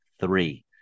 three